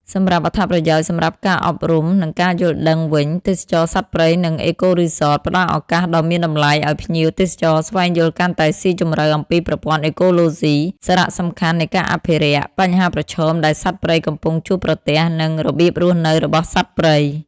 សម្រាប់់អត្ថប្រយោជន៍សម្រាប់ការអប់រំ និងការយល់ដឹងវិញ ទេសចរណ៍សត្វព្រៃ និង អេកូរីសត ផ្ដល់ឱកាសដ៏មានតម្លៃឱ្យភ្ញៀវទេសចរស្វែងយល់កាន់តែស៊ីជម្រៅអំពីប្រព័ន្ធអេកូឡូស៊ី សារៈសំខាន់នៃការអភិរក្ស បញ្ហាប្រឈមដែលសត្វព្រៃកំពុងជួបប្រទះ និងរបៀបរស់នៅរបស់សត្វព្រៃ។